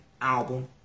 album